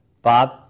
Bob